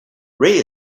ray